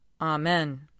Amen